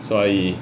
所以